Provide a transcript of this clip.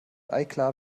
eiklar